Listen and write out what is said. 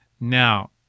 Now